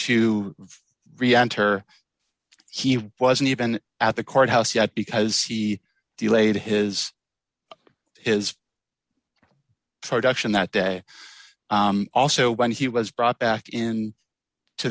to reenter he wasn't even at the court house yet because he delayed his his production that day also when he was brought back in to